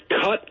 Cut